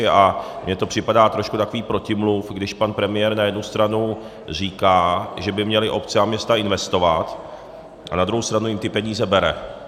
A mně to připadá trošku takový protimluv, když pan premiér na jednu stranu říká, že by měly obce a města investovat, a na druhou stranu jim ty peníze bere.